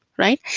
right?